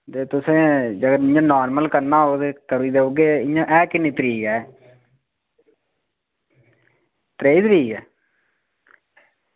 ते जेकर तुसें इंया नॉर्मल करना होग ते करी देई ओड़गे ते ऐ किन्नी तरीक ऐ एह् त्रेई तरीक ऐ